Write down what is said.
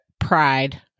pride